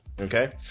Okay